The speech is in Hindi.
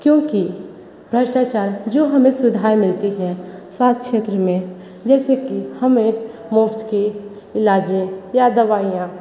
क्योंकि भ्रष्टाचार जो हमें सुविधाएं मिलती हैं स्वस्थ्य छेत्र में जैसे कि हमें मुफ़्त के इलाजें यां दवाइयाँ